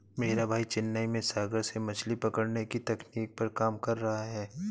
मेरा भाई चेन्नई में सागर से मछली पकड़ने की तकनीक पर काम कर रहा है